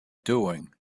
doing